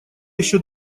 еще